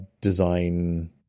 design